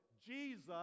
Jesus